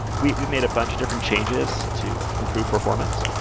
we we made a bunch of different changes to improve performance.